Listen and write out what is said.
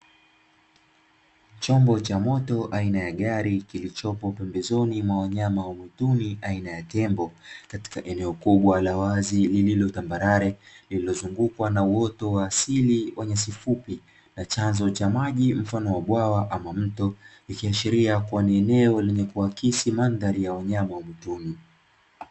Chombo cha moto aina ya gari, kilichopo pembezoni mwa wanyama wa mwituni aina ya tembo, katika eneo kubwa la wazi lililo tambarare lililozungukwa na uoto wa asili wa nyasi fupi na chanzo cha maji mfano wa bwawa ama mto, ikiashiria kuwa ni eneo lenye kuakisi mandhari ya wanyama wa mwituni.